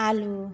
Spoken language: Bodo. आलु